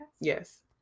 Yes